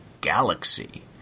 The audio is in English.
galaxy